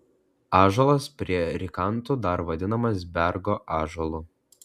ąžuolas prie rykantų dar vadinamas bergo ąžuolu